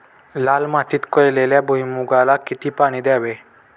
लाल मातीत केलेल्या भुईमूगाला किती पाणी द्यावे?